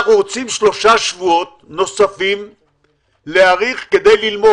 אנחנו רוצים להאריך בשלושה שבועות נוספים כדי ללמוד.